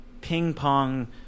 ping-pong